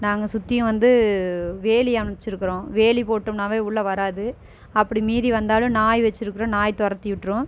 நாங்கள் சுற்றியும் வந்து வேலி அமைச்சிருக்குறோம் வேலி போட்டோன்னாவே உள்ளே வராது அப்படி மீறி வந்தாலும் நாய் வச்சுருக்குறோம் நாய் துரத்திவிட்ரும்